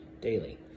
daily